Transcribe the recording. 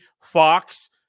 Fox